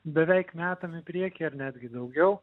beveik metam į priekį ir netgi daugiau